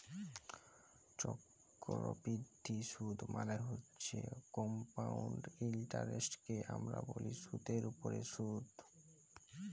চক্করবিদ্ধি সুদ মালে হছে কমপাউল্ড ইলটারেস্টকে আমরা ব্যলি সুদের উপরে সুদ